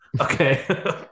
Okay